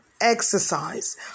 exercise